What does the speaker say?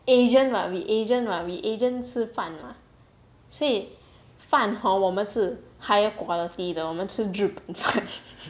asian [what] we asian 吃饭 [what] 所以饭 hor 我们是 high quality 的我们吃日本饭